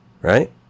Right